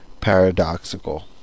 paradoxical